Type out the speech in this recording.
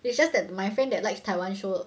it's just that my friend that likes Taiwan show